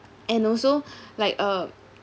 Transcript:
and also like a